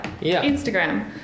Instagram